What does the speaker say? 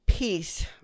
Peace